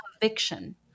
conviction